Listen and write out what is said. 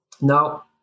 Now